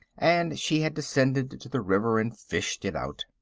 and she had descended to the river and fished it out.